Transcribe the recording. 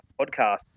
Podcast